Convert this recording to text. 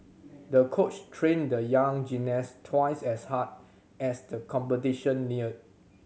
the coach trained the young gymnast twice as hard as the competition neared